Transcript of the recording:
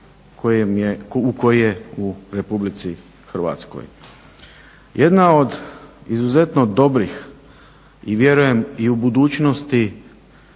koji je u Republici Hrvatskoj. Jedna od izuzetno dobrih i vjerujem i u budućnosti